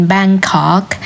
Bangkok